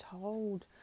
told